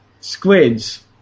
squids